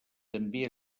també